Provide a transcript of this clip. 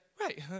right